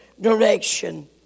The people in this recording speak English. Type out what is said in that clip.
direction